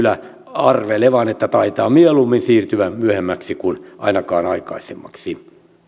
arvelevan että taitaa mieluummin siirtyä myöhemmäksi kuin ainakaan aikaisemmaksi